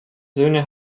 söhne